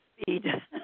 speed